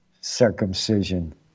Circumcision